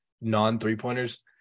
non-three-pointers